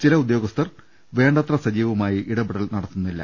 ചില ഉദ്യോഗസ്ഥർ വേണ്ടത്ര സജീവമായി ഇടപെടൽ നടത്തുന്നി ല്ല